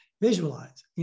visualize